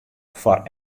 foar